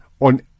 on